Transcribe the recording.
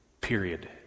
period